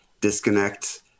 disconnect